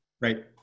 Right